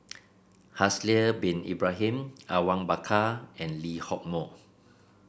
Haslir Bin Ibrahim Awang Bakar and Lee Hock Moh